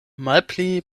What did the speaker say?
malpli